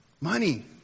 Money